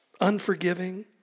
unforgiving